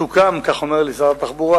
סוכם רק לאחרונה, כך אומר לי שר התחבורה,